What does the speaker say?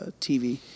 TV